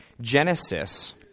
Genesis